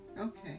Okay